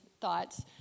thoughts